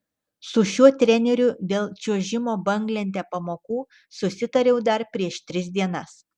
su šiuo treneriu dėl čiuožimo banglente pamokų susitariau dar prieš tris dienas